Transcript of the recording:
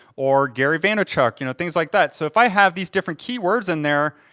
or gary vaynerchuk, you know things like that so if i have these different keywords in there,